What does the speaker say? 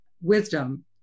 wisdom